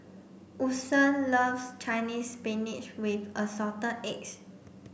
Woodson loves Chinese spinach with assorted eggs